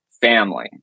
family